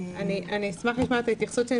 אני אשמח לשמוע את ההתייחסות.